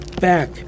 back